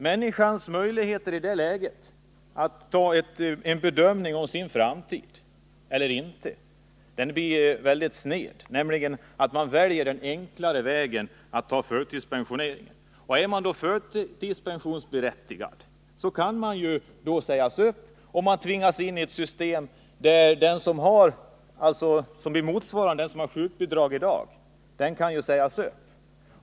Människors möjligheter att i det läget göra en bedömning av sin framtid är mycket små. De väljer då den enklare vägen att ta förtidspension. Om de är förtidspensionsberättigade, kan de sägas upp. Vi får ett system där de som motsvarar dem som i dag har sjukbidrag kan sä upp.